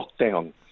lockdown